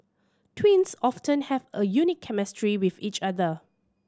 twins often have a unique chemistry with each other